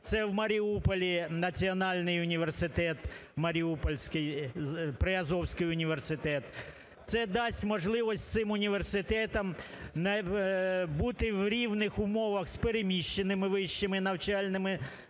це у Маріуполі національний університет маріупольський, Приазовський університет. Це дасть можливість цим університетам бути в рівних умовах з переміщеними вищими навчальними